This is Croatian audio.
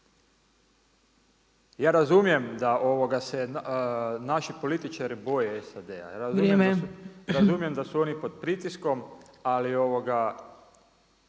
Ja razumijem da se naši političari boje SAD-a, ja razumijem da su oni pod pritiskom ali treba